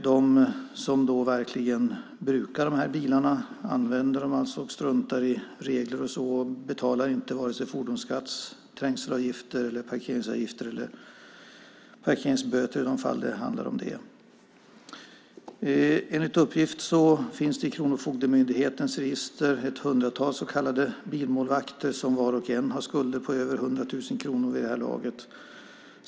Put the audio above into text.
De som verkligen använder de här bilarna struntar i regler och betalar inte vare sig fordonsskatt, trängselavgifter eller parkeringsavgifter och inte heller parkeringsböter i de fall det handlar om det. Enligt uppgift finns det i Kronofogdemyndighetens register ett hundratal så kallade bilmålvakter som var och en har skulder på över 100 000 kronor vid det här laget.